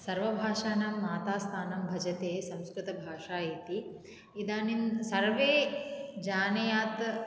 सर्वभाषाणां मातास्थानं भजते संस्कृतभाषा इति इदानीं सर्वे जानेयात्